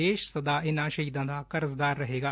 ਦੇਸ਼ ਸਦਾ ਇਹਨਾਂ ਸ਼ਹੀਦਾਂ ਦਾ ਕਰਜ਼ਦਾਰ ਰਹੇਗਾ